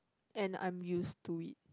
and I 'm used to it